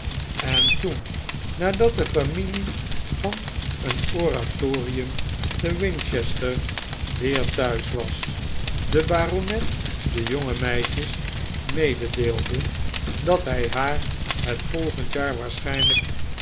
en toen nadat de familie van een oratorium te winchester weer thuis was de baronet de jonge meisjes mededeelde dat hij haar het volgend jaar waarschijnlijk